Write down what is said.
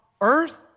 earth